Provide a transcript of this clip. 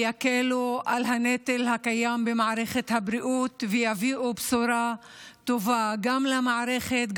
יקלו את הנטל הקיים במערכת הבריאות ויביאו בשורה טובה גם למערכת,